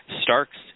Starks